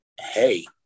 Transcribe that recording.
Hey